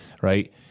right